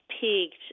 peaked